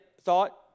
thought